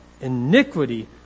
iniquity